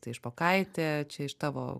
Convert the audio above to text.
tai špokaitė čia iš tavo